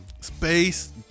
Space